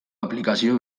aplikazio